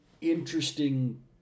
interesting